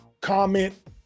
comment